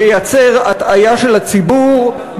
מייצר הטעיה של הציבור,